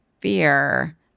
fear